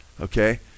okay